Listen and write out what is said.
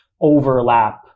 overlap